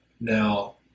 Now